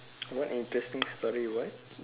what interesting story what